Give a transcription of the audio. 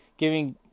giving